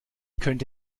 könnte